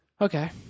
Okay